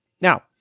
Now